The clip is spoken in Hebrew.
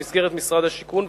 במסגרת משרד השיכון,